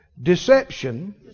Deception